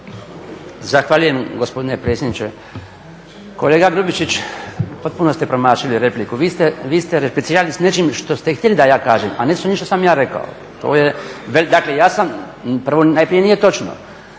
Zahvaljujem gospodine predsjedniče. Kolega Grubišić, potpuno ste promašili repliku. Vi ste replicirali s nečim što ste htjeli da ja kažem, a ne s onim što sam ja rekao. Dakle, ja sam, prvo najprije nije točno,